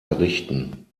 errichten